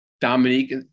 Dominique